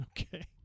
Okay